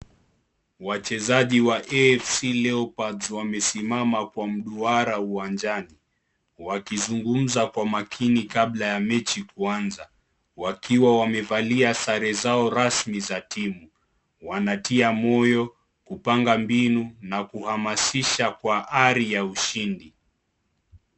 Wachezaji wa Afc Leopards wamesimama kwa mduara uwanjani, wakizungumza kwa makini kabla ya mechi kuanza, wakiwa wamevalia sare zao rasmi za timu. Wanatia moyo, kupanga mbinu na kuhamasisha kwa ari ya ushindi.